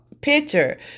picture